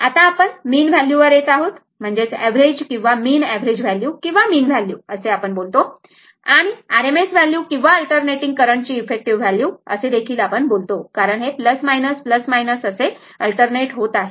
आत्ता आपण mean value वर येत आहोत म्हणजेच एव्हरेज किंवा मीन एव्हरेज व्हॅल्यू किंवा मीन व्हॅल्यू असे आपण बोलतो आणि RMS व्हॅल्यू किंवा अल्टरनेटिंग करंट ची इफेक्टिव व्हॅल्यू असे आपण बोलतो कारण हे प्लस मायनस प्लस मायनस असे अल्टरनेट होत आहे